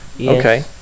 Okay